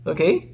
Okay